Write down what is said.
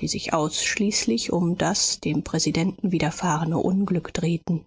die sich ausschließlich um das dem präsidenten widerfahrene unglück drehten